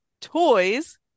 toys